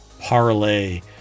parlay